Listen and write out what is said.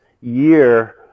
year